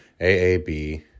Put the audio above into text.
AAB